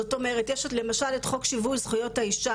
זאת אומרת למשל יש את חוק שיווי זכויות האישה,